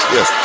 Yes